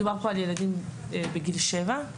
מדובר פה על ילדים בגיל שבע.